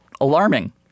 alarming